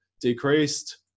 decreased